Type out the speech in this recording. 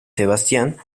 sebastián